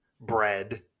bread